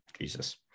Jesus